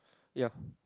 yup